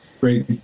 Great